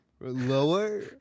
Lower